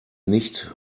nicht